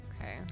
okay